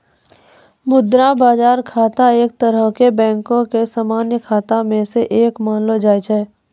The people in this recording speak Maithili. मुद्रा बजार खाता एक तरहो से बैंको के समान्य खाता मे से एक मानलो जाय छै